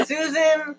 Susan